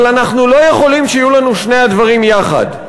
אבל אנחנו לא יכולים שיהיו לנו שני הדברים יחד.